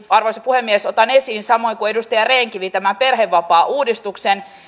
arvoisa puhemies otan esiin samoin kuin edustaja rehn kivi tämän perhevapaauudistuksen